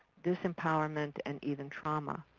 disempowerment and even trauma.